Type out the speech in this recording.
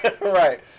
Right